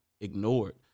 ignored